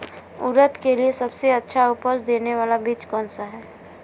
उड़द के लिए सबसे अच्छा उपज देने वाला बीज कौनसा है?